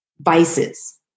vices